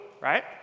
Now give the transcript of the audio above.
right